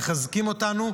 מחזקים אותנו,